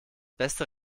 beste